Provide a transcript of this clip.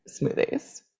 smoothies